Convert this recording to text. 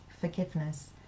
forgiveness